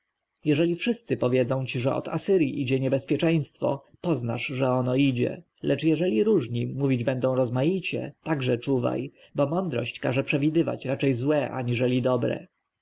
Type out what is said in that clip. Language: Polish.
jeżeli wszyscy powiedzą ci że od asyrji idzie niebezpieczeństwo poznasz że ono idzie lecz jeżeli różni mówić będą rozmaicie także czuwaj bo mądrość każe przewidywać raczej złe aniżeli dobre